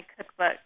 cookbook